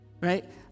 Right